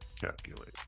calculate